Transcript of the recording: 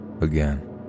again